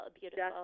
beautiful